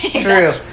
true